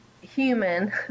human